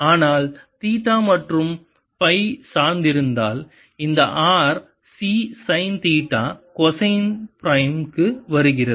ஆனால் தீட்டா மற்றும் ஃபை சார்ந்திருத்தல் இந்த r C sine theta cosine prime க்கு வருகிறது